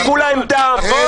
בדקו להם דם.